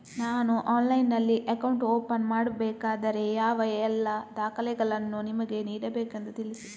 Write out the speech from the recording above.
ನಾನು ಆನ್ಲೈನ್ನಲ್ಲಿ account open ಮಾಡಬೇಕಾದರೆ ಯಾವ ಎಲ್ಲ ದಾಖಲೆಗಳನ್ನು ನಿಮಗೆ ನೀಡಬೇಕೆಂದು ತಿಳಿಸಿ?